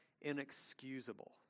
inexcusable